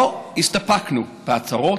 לא הסתפקנו בהצהרות.